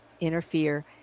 interfere